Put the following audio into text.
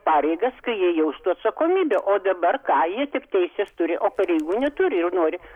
pareigas kai jaustų atsakomybę o dabar ką jie tik teises turi o pareigų neturi